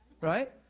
right